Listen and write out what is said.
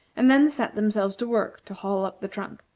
and then set themselves to work to haul up the trunk.